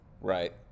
Right